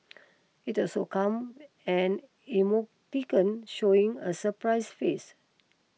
it also come an emoticon showing a surprise face